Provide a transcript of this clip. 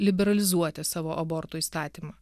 liberalizuoti savo abortų įstatymą